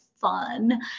fun